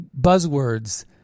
buzzwords